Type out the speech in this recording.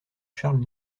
charles